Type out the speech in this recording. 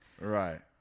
Right